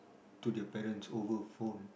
to their parents over a phone